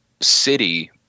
city